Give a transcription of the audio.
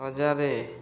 ହଜାରେ